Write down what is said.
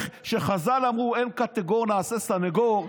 כשחז"ל אמרו: אין קטגור נעשה סנגור,